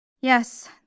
Yes